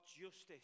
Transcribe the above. justice